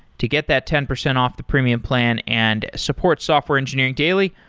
to get that ten percent off the premium plan and support software engineering daily,